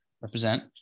represent